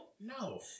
No